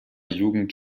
jugend